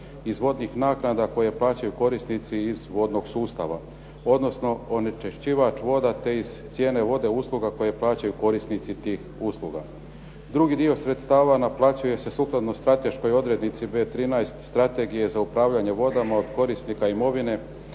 iz vodnih naknada koje plaćaju korisnici iz vodnog sustava, odnosno onečiščivač voda te iz cijene vode usluga koje plaćaju korisnici tih usluga. Drugi dio sredstava naplaćuje se sukladno strateškoj odrednici B13 Strategije za upravljanje vodama od korisnika imovine,